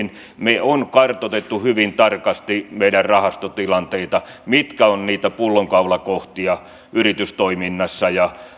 me olemme kartoittaneet hyvin tarkasti meidän rahastotilanteita mitkä ovat niitä pullonkaulakohtia yritystoiminnassa ja